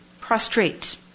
Prostrate